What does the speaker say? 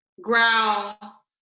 growl